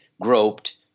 groped